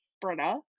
Britta